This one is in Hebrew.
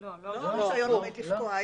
לא הרישיון עומד לפקוע.